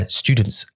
students